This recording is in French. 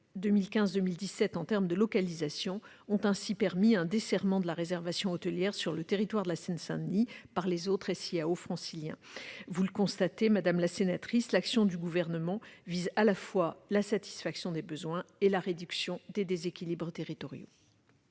2015-2017 en termes de localisation ont ainsi permis un desserrement de la réservation hôtelière sur le territoire de la Seine-Saint-Denis par les autres SIAO franciliens. Vous le constatez, madame la sénatrice, l'action du Gouvernement vise à la fois la satisfaction des besoins et la réduction des déséquilibres territoriaux.